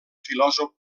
filòsof